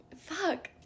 Fuck